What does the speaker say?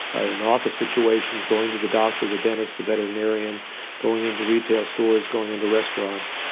ah in office situations going to the doctor, the dentist, the veterinarian going into retail stores, going into restaurants.